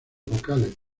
vocales